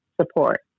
support